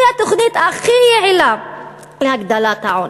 זו התוכנית הכי יעילה להגדלת העוני.